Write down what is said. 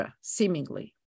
seemingly